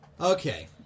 Okay